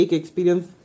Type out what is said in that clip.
experience